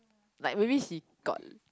like maybe she got